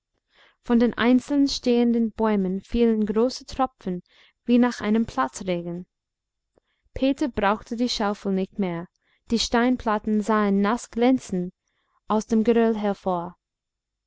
von den einzeln stehenden bäumen fielen große tropfen wie nach einem platzregen peter brauchte die schaufel nicht mehr die steinplatten sahen naßglänzend aus dem geröll hervor